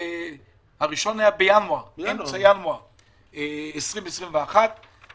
הראשון היה באמצע ינואר 2021. בינתיים זה